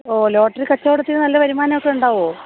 ഓ lottery കച്ചവടത്തിന് നല്ല വരുമാനമൊക്കെ ഉണ്ടാവുമോ